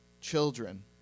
Children